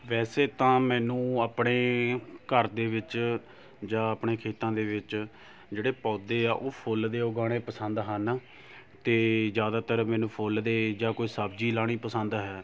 ਵੈਸੇ ਤਾਂ ਮੈਨੂੰ ਆਪਣੇ ਘਰ ਦੇ ਵਿੱਚ ਜਾਂ ਆਪਣੇ ਖੇਤਾਂ ਦੇ ਵਿੱਚ ਜਿਹੜੇ ਪੌਦੇ ਆ ਉਹ ਫੁੱਲ ਦੇ ਉਗਾਉਣੇ ਪਸੰਦ ਹਨ ਅਤੇ ਜ਼ਿਆਦਾਤਰ ਮੈਨੂੰ ਫੁੱਲ ਦੇ ਜਾਂ ਕੋਈ ਸਬਜ਼ੀ ਲਾਉਣੀ ਪਸੰਦ ਹੈ